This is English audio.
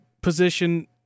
position